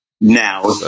Now